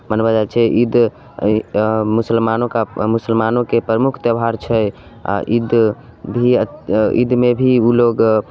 मनाओल जाइत छै ईद मुसलमानो का मुसलमानोके प्रमुख त्यौहार छै आ ईद भी आ ईदमे भी लोग